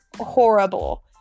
horrible